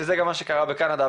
שזה מה שקרה בקנדה.